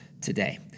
today